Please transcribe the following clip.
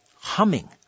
humming